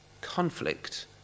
conflict